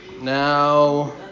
now